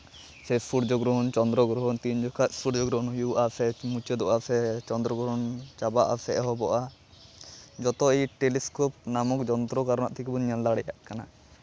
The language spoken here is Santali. ᱥᱮ ᱥᱩᱨᱡᱚᱜᱨᱚᱦᱚᱱ ᱪᱚᱸᱫᱽᱨᱚ ᱜᱨᱚᱦᱚᱱ ᱛᱤᱱ ᱡᱚᱠᱷᱚᱱ ᱥᱩᱨᱡᱚ ᱜᱨᱚᱦᱚᱱ ᱦᱩᱭᱩᱜᱼᱟ ᱥᱮ ᱢᱩᱪᱟᱹᱫᱚᱜᱼᱟ ᱥᱮ ᱪᱚᱸᱫᱽᱨᱚ ᱜᱨᱚᱦᱚᱱ ᱪᱟᱵᱟᱜ ᱟᱥᱮ ᱮᱦᱚᱵᱚᱜᱼᱟ ᱡᱚᱛᱚ ᱮᱭ ᱴᱮᱞᱤᱥᱠᱳᱯ ᱱᱟᱢᱚᱠ ᱡᱚᱱᱛᱨᱚ ᱠᱟᱨᱚᱱᱚᱜ ᱛᱮᱜᱮ ᱵᱚᱱ ᱧᱮᱞ ᱫᱟᱲᱮᱭᱟᱜ ᱠᱟᱱᱟ